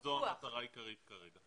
וזו המטרה העיקרית כרגע.